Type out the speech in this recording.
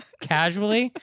Casually